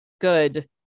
good